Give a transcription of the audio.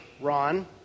Ron